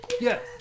Yes